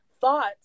thoughts